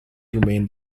remained